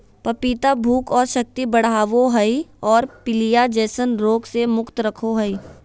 पपीता भूख और शक्ति बढ़ाबो हइ और पीलिया जैसन रोग से मुक्त रखो हइ